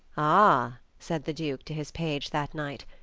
ah, said the duke to his page that night,